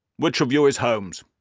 which of you is holmes?